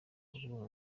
urwango